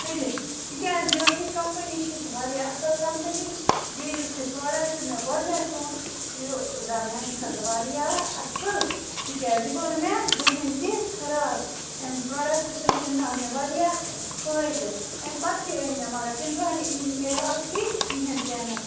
کٔرِتھ تِکیٛازِ یۄس یہِ کمپٔنی چھِ یہِ چھِ واریاہ اَصٕل کمپٔنی بیٚیہ یُس یہِ پرٛوڈکٹ مےٚ گۄڈنٮ۪تھ اوٚن یہِ درٛاو میٛانہٕ خٲطرٕ واریاہ اَصٕل تِکیٛازِ یہِ گوٚو نہٕ مےٚ زٕہٕنۍ تہِ خراب اَمہِ پرٛوڈکٹ سۭتۍ آو مےٚ فٲیدٕ اَمہِ پتہٕ تہِ أنۍ مےٚ مگر تِم درٛاے نہٕ اَمہِ اَتھ ہی کِہیٖنۍ تہِ نہٕ